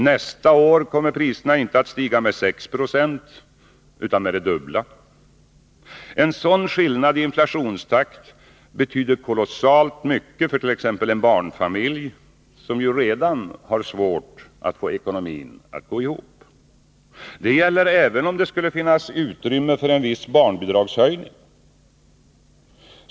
Nästa år kommer priserna inte att stiga med 6 96 utan med det dubbla. En sådan skillnad i inflationstakt betyder kolossalt mycket fört.ex. en barnfamilj, som redan har svårt att få ekonomin att gå ihop. Det gäller även om det skulle finnas utrymme för en viss barnbidragshöjning.